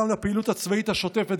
גם לפעילות הצבאית השוטפת,